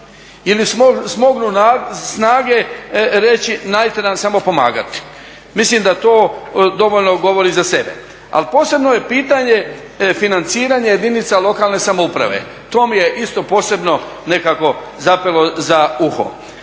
Ili smognu snage reći, najte nam samo pomagati. Mislim da to dovoljno govori za sebe. Ali posebno je pitanje financiranje jedinica lokalne samouprave, to mi je isto posebno nekako zapelo za uho.